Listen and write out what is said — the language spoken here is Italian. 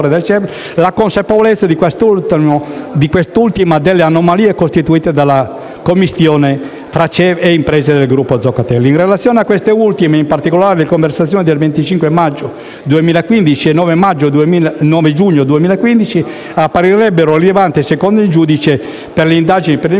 la consapevolezza di quest'ultima delle anomalie costituite dalla commistione fra CEV ed imprese del gruppo di Zoccatelli. In relazione a queste ultime, in particolare, le conversazioni del 25 maggio 2015 e del 9 giugno 2015 apparirebbero rilevanti - secondo il giudice per le indagini preliminari